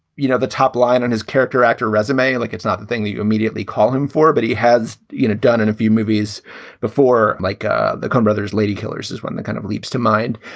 you know, the top line and his character actor resume. like it's not the thing that you immediately call him for, but he has you know done in a few movies before. like ah the coen brothers, ladykillers is when the kind of leaps to mind.